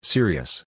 Serious